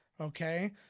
okay